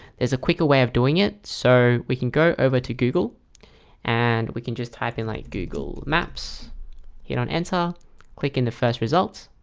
there's a quicker way of doing it so we can go over to google and we can just type in like google maps hit on enter click in the first results